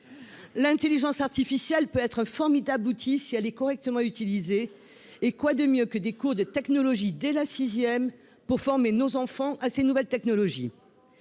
L'intelligence artificielle peut être un formidable outil si elle est correctement utilisée. Et quoi de mieux que des cours de technologie dès la classe de sixième pour former nos enfants à ces nouvelles technologies